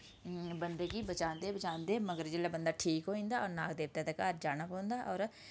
बंदे गी बचांदे बचांदे मगर जिल्लै बंदा ठीक होई जंदा नाग देवता दे घर जाना पौंदा होर